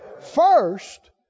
first